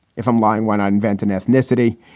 if i'm lying when i invented ethnicity.